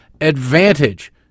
advantage